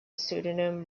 pseudonym